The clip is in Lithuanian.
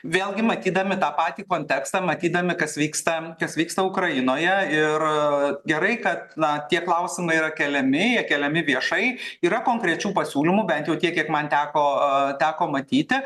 vėlgi matydami tą patį kontekstą matydami kas vyksta kas vyksta ukrainoje ir gerai kad na tie klausimai yra keliami jie keliami viešai yra konkrečių pasiūlymų bent jau tiek kiek man teko a teko matyti